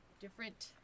different